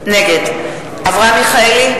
נגד אברהם מיכאלי,